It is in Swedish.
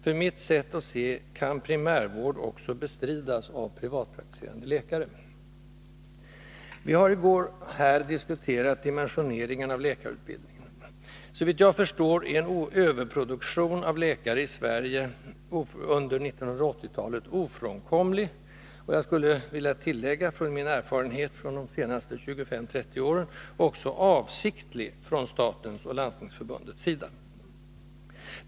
Med mitt sätt att se kan primärvård också bestridas av privatpraktiserande läkare. I går diskuterade vi dimensioneringen av läkarutbildningen. Såvitt jag förstår är en överproduktion av läkare i Sverige under 1980-talet ofrånkomlig, och jag skulle — med min erfarenhet under de senaste 25-30 åren — också vilja tillägga avsiktlig från statens och Landstingsförbundets sida.